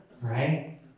right